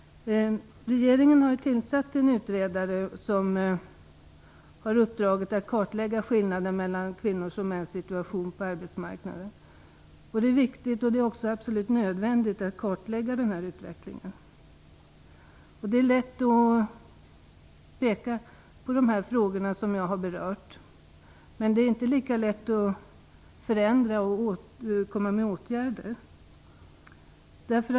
Regeringen har ju tillsatt en utredare med uppdraget att kartlägga skillnaden mellan kvinnors och mäns situation på arbetsmarknaden. Det är viktigt och absolut nödvändigt att denna utveckling kartläggs. Det är lätt att peka på de problem som jag har berört, men det är inte lika lätt att förändra och föreslå åtgärder.